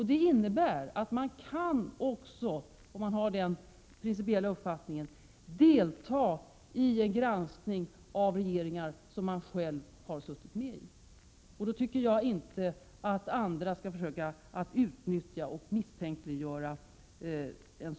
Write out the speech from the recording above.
Det innebär att man kan, om man har denna principiella uppfattning, delta i en granskning av regeringar som man själv har suttit medi. Då tycker jag inte att några skall försöka utnyttja situationen för misstänkliggörande.